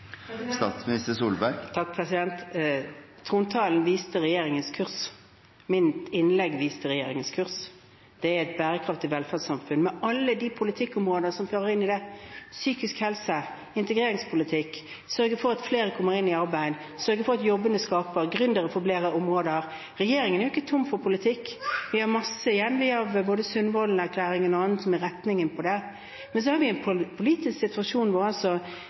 Trontalen viste regjeringens kurs. Mitt innlegg viste regjeringens kurs. Det er et bærekraftig velferdssamfunn med alle de politikkområder som hører med i det: psykisk helse, integreringspolitikk, sørge for at flere kommer i arbeid, sørge for at jobbene skapes, sørge for gründere på flere områder. Regjeringen er ikke tom for politikk. Vi har masse igjen. Vi har både Sundvolden-erklæringen og annet som viser retningen på det. Men vi har en politisk situasjon der altså